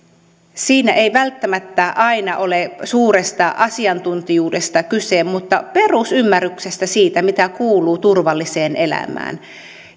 siinä ei välttämättä aina ole suuresta asiantuntijuudesta kyse mutta perusymmärryksestä siitä mitä kuuluu turvalliseen elämään